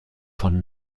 von